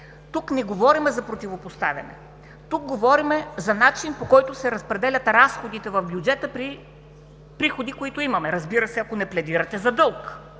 тук не говорим за противопоставяне, а за начин, по който се разпределят разходите в бюджета при приходите, които имаме, разбира се, ако не пледирате за дълг.